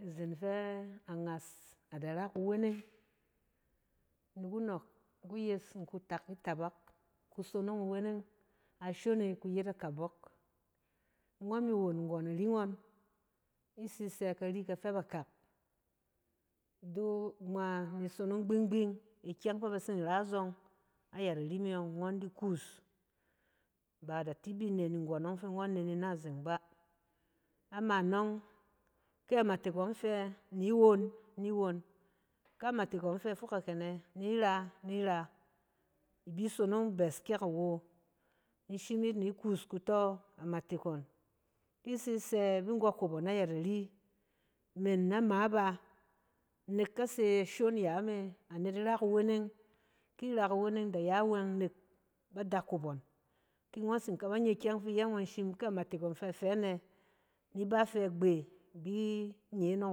Izen fɛ angas da ra kuweneng, ni ku nɔɔk, in ku tak itabak kusonong iweneng, ashon e yet akabɔk, ngɔn mi won nggɔn ari ngɔn. i tsi sɛ kari ifɛ bakak, do ngma ni sonong gbinging ikyɛng fɛ ba tsin ra zɔng ayɛt ari me yɔng ngɔn di kuus, ba da ti bi ne ni nggɔn ɔng fi ngɔn ne ni na azeng bá. Ama nɔng, ke amatek ngɔn fɛ, ni won ni won. Ke amatek ngɔn fɛ fok akɛ ne, ni ra ni ra, i bi sonong bes ke awo, in shim yit ni kuus kutɔ amatek ngɔn. Ki i tsi sɛ bi nggɔ kop ngɔn ayɛt ari, men nama bá nɛk i se ashon yame, anet ra kuweneng. ki ra kuweneng da ya wɛng nɛk badakop ngɔn. Ki ngɔn tsi ka ba nye ikyɛng fi iyɛ ngɔn shim ke amatek ngɔn tsin fɛ nɛ? Ni ba fɛ gbee, i bi nye nɔng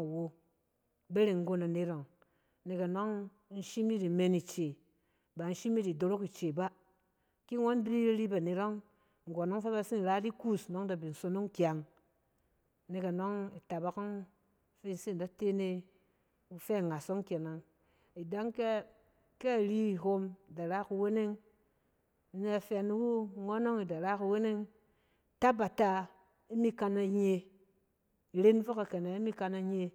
awo, bereng nggon anet ɔng, nɛk anɔng in shim yit imen ice. Ba in shim yit idorok ice bá, ki ngɔn di anet ɔng nggɔn ɔng fɛ ba tsin ras di kuus nɔng i da bin sonong kyang. Nɛk anɔng, itabak ɔng fi in tsin da te ne i fɛ angas ɔng kane. I da kɛ kɛ ari hom, da ra kuweneng, na fɛ ni wu, ngɔn ɔng da ra kuweneng, tabata imi kana nye, i ren fok akɛnɛ i mi kana nye